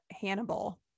Hannibal